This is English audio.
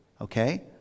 okay